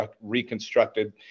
reconstructed